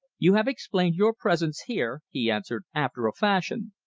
you have explained your presence here, he answered, after a fashion!